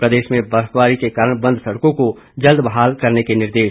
प्रदेश में बर्फबारी के कारण बंद सड़कों को जल्द बहाल करने के निर्देश